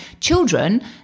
children